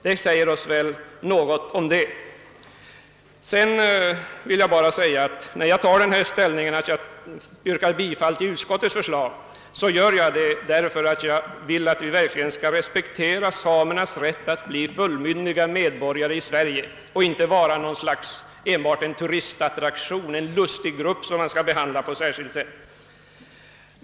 Det säger oss väl något om saken. Att jag yrkar bifall till utskottets förslag grundar sig på att jag vill att vi verkligen skall respektera samernas rätt att bli fullmyndiga medborgare i Sve rige och inte vara enbart en turistattraktion, en lustig grupp som man skall behandla på ett särskilt sätt.